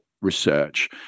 research